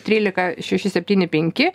trylika šeši septyni penki